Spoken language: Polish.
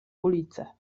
ulicę